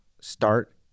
start